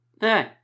Hey